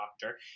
doctor